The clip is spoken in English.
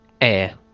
air